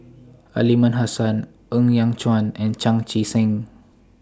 Aliman Hassan Ng Yat Chuan and Chan Chee Seng